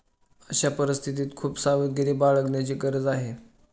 अशा परिस्थितीत खूप सावधगिरी बाळगण्याची गरज आहे